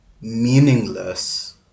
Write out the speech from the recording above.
meaningless